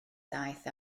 ddaeth